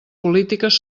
polítiques